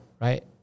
right